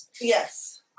Yes